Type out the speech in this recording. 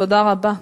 תודה רבה,